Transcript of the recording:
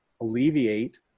alleviate